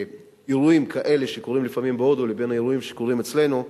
אירועים כאלה שקורים לפעמים בהודו לבין האירועים שקורים אצלנו.